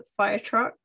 firetruck